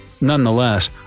Nonetheless